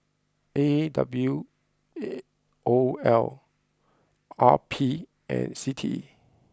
A W O L R P and C T E